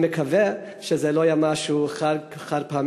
אני מקווה שזה לא יהיה משהו חד-פעמי,